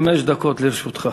חמש דקות לרשותך.